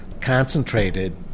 concentrated